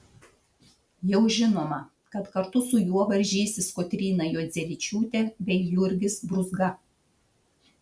jau žinoma kad kartu su juo varžysis kotryna juodzevičiūtė bei jurgis brūzga